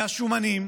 מהשומנים,